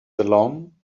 along